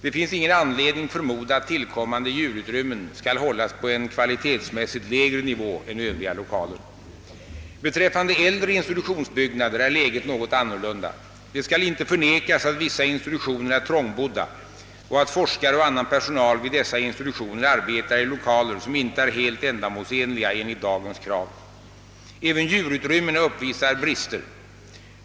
Det finns ingen anledning förmoda att tillkommande djurutrymmen skall hållas på en kvalitetsmässigt lägre nivå än Övriga lokaler. Beträffande äldre institutionsbyggnader är läget något annorlunda. Det skall inte förnekas att vissa institutioner är trångbodda och att forskare och annan personal vid dessa institutioner arbetar i lokaler som inte är helt ändamålsenliga enligt dagens krav. Även djurutrymmena uppvisar brister.